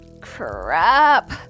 Crap